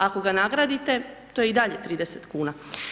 Ako ga nagradite, to je i dalje 30 kn.